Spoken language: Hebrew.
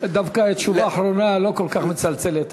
דווקא התשובה האחרונה לא כל כך מצלצלת.